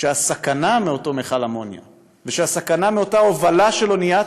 שהסכנה מאותו מכל אמוניה והסכנה מאותה הובלה של אניית